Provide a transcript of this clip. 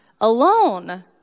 alone